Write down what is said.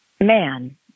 Man